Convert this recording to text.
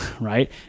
right